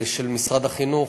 משרד החינוך,